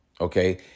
okay